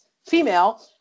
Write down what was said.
female